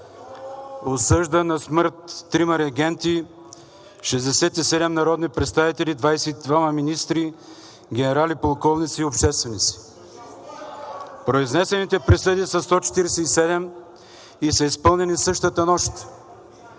осъжда на смърт трима регенти, 67 народни представители, 22 министри, генерали, полковници и общественици. Произнесените присъди са 147 и са изпълнени същата нощ!